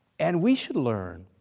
and we should learn.